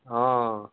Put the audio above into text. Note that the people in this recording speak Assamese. অঁ